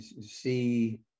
see